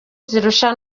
zirusha